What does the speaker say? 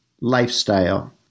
lifestyle